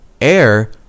Air